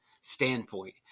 standpoint